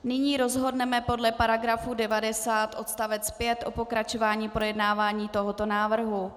Nyní rozhodneme podle § 90, odstavec 5 o pokračování projednávání tohoto návrhu.